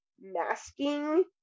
masking